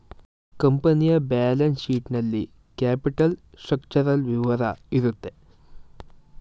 ಕಂಪನಿಯ balance sheet ನಲ್ಲಿ capital structural ವಿವರ ಇರುತ್ತೆ